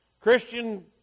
Christian